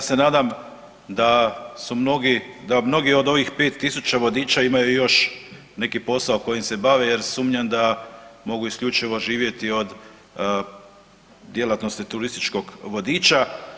Ja se nadam da su mnogi, da mnogi od ovih 5000 vodiča imaju još neki posao kojim se bave jer sumnjam da mogu isključivo živjeti od djelatnosti turističkog vodiča.